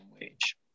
wage